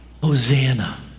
Hosanna